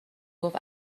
گفت